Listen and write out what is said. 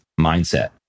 mindset